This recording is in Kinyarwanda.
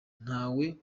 ntawe